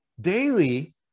daily